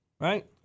right